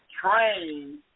trained